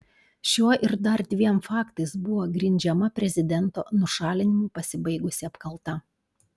šiuo ir dar dviem faktais buvo grindžiama prezidento nušalinimu pasibaigusi apkalta